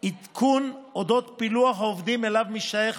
עדכון על אודות פילוח העובדים שאליו משתייך